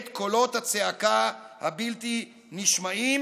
את קולות הצעקה הבלתי-נשמעים,